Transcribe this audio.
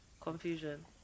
Confusion